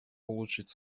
улучшить